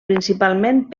principalment